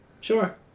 Sure